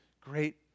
great